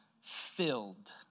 filled